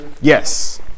Yes